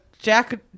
Jack